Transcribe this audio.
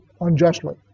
unjustly